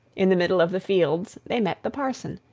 in the middle of the fields they met the parson,